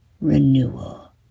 renewal